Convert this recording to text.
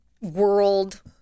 World